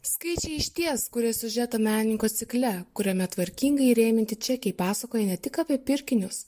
skaičiai išties kuria siužetą menininko cikle kuriame tvarkingai įrėminti čekiai pasakoja ne tik apie pirkinius